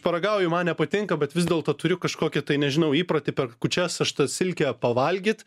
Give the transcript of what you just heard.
paragauju man nepatinka bet vis dėlto turiu kažkokį tai nežinau įprotį per kūčias aš tą silkę pavalgyt